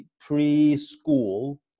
pre-school